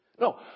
No